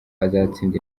azatsinda